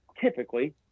typically